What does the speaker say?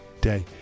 day